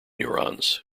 neurons